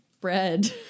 bread